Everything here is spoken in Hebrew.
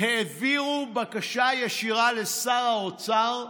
העבירו בקשה ישירה לשר האוצר,